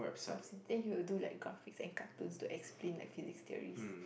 then he will do like graphics and cartoons to explain like physics theories